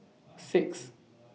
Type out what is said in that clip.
six